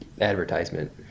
advertisement